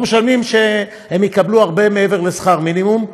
אנחנו מקווים שהם יקבלו הרבה מעבר לשכר מינימום,